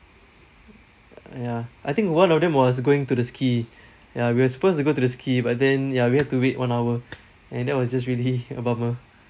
ya I think one of them was going to the ski ya we're supposed to go to the ski but then ya we have to wait one hour and that was just really a bummer